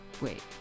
Wait